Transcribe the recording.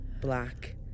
black